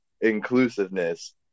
inclusiveness